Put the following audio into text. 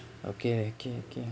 okay okay okay